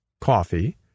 coffee